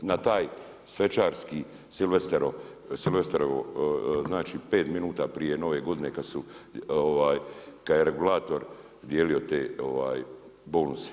na taj svečarski silvestrovo, znači 5 minuta prije nove godine kada je regulator dijelio te bonuse.